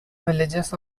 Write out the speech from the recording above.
villages